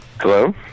Hello